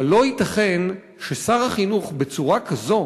אבל לא ייתכן ששר החינוך בצורה כזו